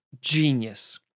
genius